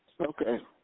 Okay